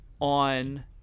on